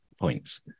points